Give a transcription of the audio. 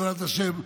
בעזרת השם,